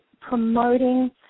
promoting